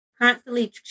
constantly